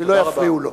ולא יפריעו לו.